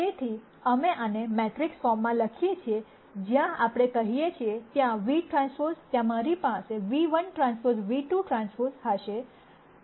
તેથી અમે આને મેટ્રિક્સ ફોર્મમાં લખીએ છીએ જ્યાં આપણે કહીએ છીએ vT ત્યાં મારી પાસે ν₁Tν₂ ટ્રાન્સપોઝ હશે